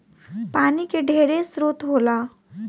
पानी के ढेरे स्रोत होला